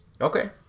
Okay